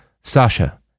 Sasha